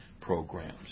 programs